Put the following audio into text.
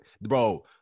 bro